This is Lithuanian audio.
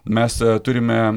mes turime